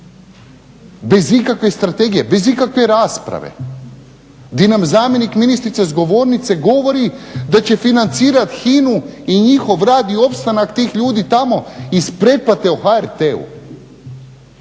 bez ikakve strategije, bez ikakve rasprave gdje nam zamjenik ministrice s govornice govori da će financirati HINA-u i njihov rad i opstanak tih ljudi tamo iz pretplate u HRT-u.